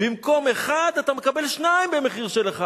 במקום אחד, אתה מקבל שניים במחיר של אחד.